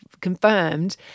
confirmed